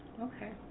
Okay